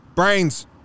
Brains